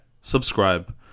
subscribe